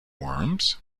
worms